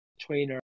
trainer